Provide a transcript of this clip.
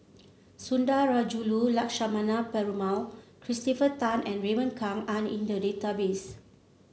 Sundarajulu Lakshmana Perumal Christopher Tan and Raymond Kang are in the database